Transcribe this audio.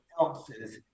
else's